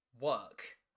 work